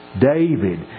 David